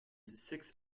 six